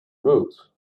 rude